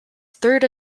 third